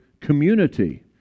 community